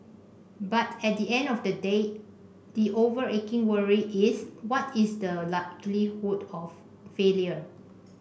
but at the end of the day the overarching worry is what is the likelihood of failure